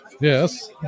Yes